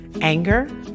anger